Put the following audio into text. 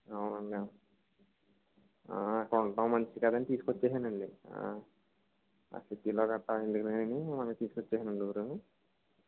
అవునండి అవును అక్కడ ఉంటం మంచిది కదా అని తీసుకొచ్చేశానండి ఆ సిటీలో కట్టా ఎందుకులే అని మొన్న తీసుకొచ్చేసానండి ఊరు